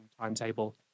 timetable